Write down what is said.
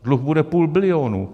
Dluh bude půl bilionu.